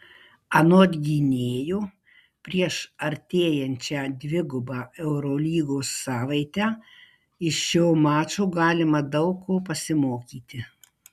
anot gynėjo prieš artėjančią dvigubą eurolygos savaitę iš šio mačo galima daug ko pasimokyti